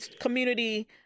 Community